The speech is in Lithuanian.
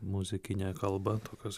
muzikinė kalba tokios